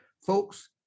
Folks